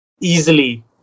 easily